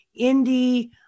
indie